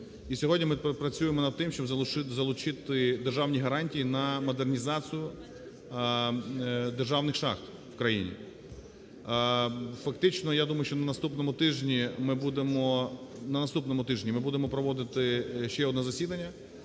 І сьогодні ми працюємо над тим, щоб залучити державні гарантії на модернізацію державних шахт в країні. Фактично, я думаю, що на наступному тижні ми будемо, на наступному